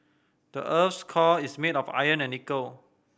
the earth's core is made of iron and nickel